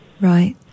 Right